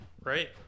Right